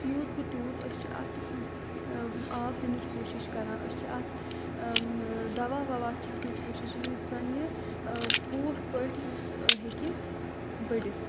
یوٗت بہٕ تیوٗت أسۍ چھِ اَتھ آب دِنٕچ کوٗشِش کَران أسۍ چھِ اَتھ دَوا وَوا چھَکنٕچ کوٗشِش یُتھ زَن یہِ پوٗٹھ پٲٹھۍ یُس ہیٚکہِ بٔڑِتھ